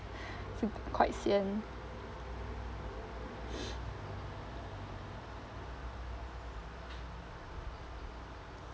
hmm quite sian